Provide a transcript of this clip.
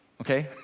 okay